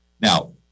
Now